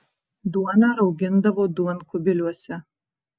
duoną raugindavo duonkubiliuose